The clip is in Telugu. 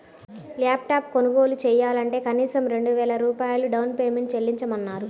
ల్యాప్ టాప్ కొనుగోలు చెయ్యాలంటే కనీసం రెండు వేల రూపాయలు డౌన్ పేమెంట్ చెల్లించమన్నారు